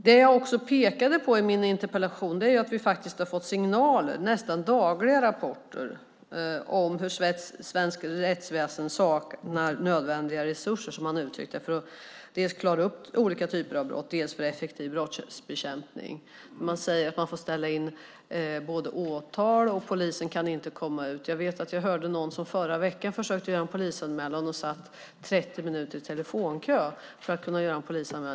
Det som jag också pekade på i min interpellation är att vi har fått signaler och nästan dagliga rapporter om hur svenskt rättsväsen saknar nödvändiga resurser, som man uttryckt det, dels för att klara upp olika typer av brott, dels för en effektiv brottsbekämpning. Man säger att man får ställa in åtal och att polisen inte kan komma ut. Jag hörde om någon som förra veckan försökte göra en polisanmälan och satt 30 minuter i telefonkö för att kunna göra det.